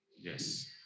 Yes